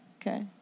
Okay